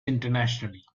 internationally